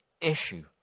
issue